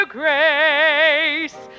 grace